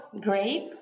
grape